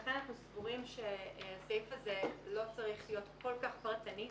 לכן אנחנו סבורים שהסעיף הזה לא צריך להיות כל כך פרטני.